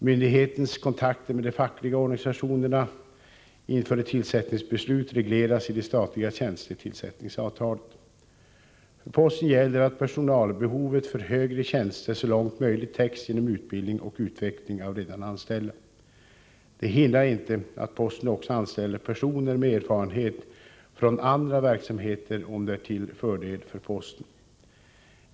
Myndighetens kontakter med de fackliga organisationerna inför ett tillsättningsbeslut regleras i det statliga tjänstetillsättningsavtalet. För posten gäller att personalbehovet för högre tjänster så långt möjligt täcks genom utbildning och utveckling av redan anställda. Det hindrar inte att posten också anställer personer med erfarenhet från andra verksamheter, om det är till fördel för posten.